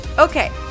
Okay